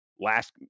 last